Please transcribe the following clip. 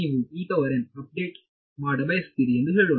ನೀವು ಅಪ್ಡೇಟ್ ಮಾಡ ಬಯಸುತ್ತೀರಿ ಎಂದು ಹೇಳೋಣ